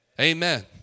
Amen